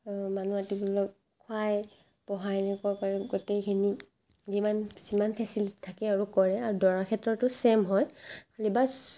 মানুহ মাতি পেলাই খুৱায় বহায় এনেকুৱা কৰে গোটেইখিনি যিমান যিমান ফেচিলিটি থাকে আৰু কৰে দৰাৰ ক্ষেত্ৰতো ছেইম হয় খালি বাচ